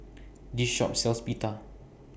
This Shop sells Pita